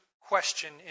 question